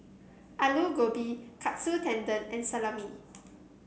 Alu Gobi Katsu Tendon and Salami